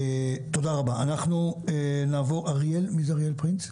אנחנו נעבור לאריאל פרינץ,